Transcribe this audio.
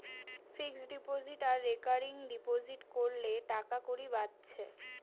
fixed deposit আর recurring deposit কোরলে টাকাকড়ি বাঁচছে